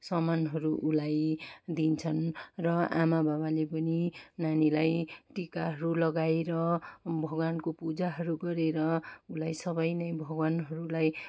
सामानहरू उसलाई दिन्छन् र आमा बाबाले पनि नानीलाई टिकाहरू लगाएर भगवानको पुजाहरू गरेर उसलाई सबै भगवानहरूलाई